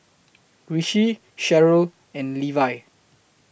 Rishi Cheryll and Levi